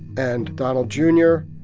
and donald jr,